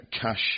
cash